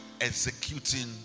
executing